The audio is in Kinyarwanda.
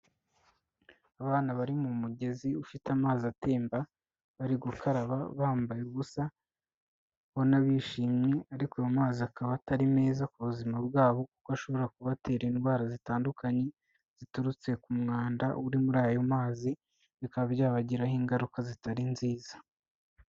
Abana bari mu mugezi ufite amazi atemba, bari gukaraba bambaye ubusa, ubona bishimye ariko ayo mazi akaba atari meza ku buzima bwabo kuko ashobora kubatera indwara zitandukanye, ziturutse ku mwanda uri muri ayo mazi, bikaba byabagiraho ingaruka zitari nziza.